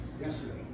yesterday